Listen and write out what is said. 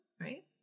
right